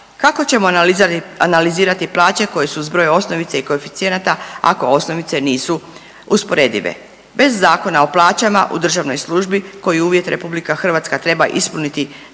Kako ćemo analizirati plaće koje su zbroj osnovice i koeficijenata ako osnovice nisu usporedive bez Zakona o plaćama u državnoj službi koji uvjet RH treba ispuniti